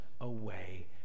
away